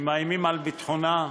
שמאיימים על ביטחונה,